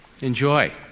Enjoy